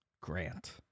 Grant